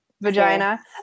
vagina